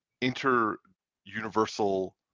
inter-universal